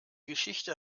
geschichte